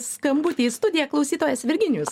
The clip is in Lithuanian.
skambutį į studiją klausytojas virginijus